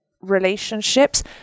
relationships